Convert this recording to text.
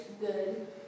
good